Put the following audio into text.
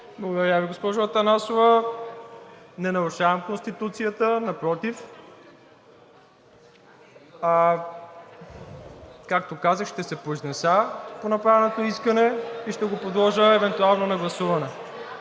Благодаря Ви, госпожо Атанасова. Не нарушавам Конституцията, напротив. Както казах, ще се произнеса по направеното искане и ще го подложа евентуално на гласуване.